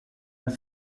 kein